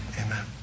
Amen